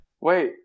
Wait